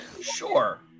Sure